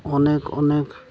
ଅନେକ ଅନେକ